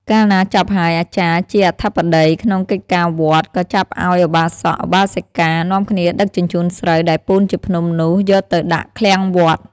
កាលណាចប់ហើយ អាចារ្យជាអធិបតី ក្នុងកិច្ចការ វត្ត ក៏ចាប់ឲ្យឧបាសក ឧបាសិកានាំគ្នាដឹកជញ្ជូនស្រូវ ដែលពូនជាភ្នំនោះ យកទៅដាក់ឃ្លាំងវត្ត ។